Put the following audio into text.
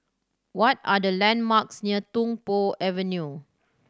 what are the landmarks near Tung Po Avenue